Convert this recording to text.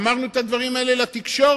אמרנו את הדברים האלה לתקשורת.